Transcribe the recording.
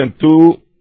two